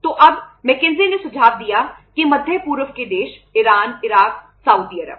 तो तब मैकिन्से ने सुझाव दिया कि मध्य पूर्व के देश ईरान इराक सऊदी अरब